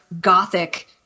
gothic